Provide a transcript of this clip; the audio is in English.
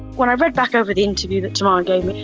when i read back over the interview that tamara gave me,